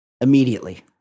immediately